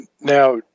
Now